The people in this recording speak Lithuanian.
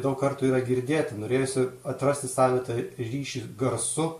daug kartų yra girdėti norėjosi atrasti savitą ryšį garsu